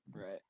Right